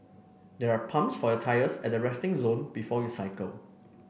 there are pumps for your tyres at the resting zone before you cycle